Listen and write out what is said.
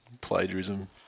plagiarism